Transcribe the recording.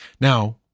Now